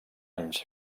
anys